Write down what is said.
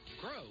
grow